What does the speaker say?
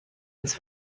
ins